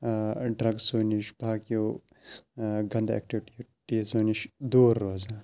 ڈرٛگسو نِش باقیو گَنٛدٕ ایکٹیٛوٗٹیٖزو نِش دوٗر روزان